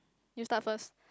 you start first